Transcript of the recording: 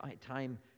Time